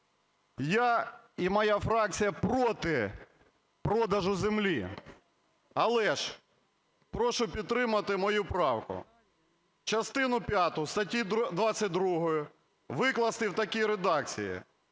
Я і моя фракція проти продажу землі. Але ж прошу підтримати мою правку. Частину п'яту статті 22 викласти в такій редакції: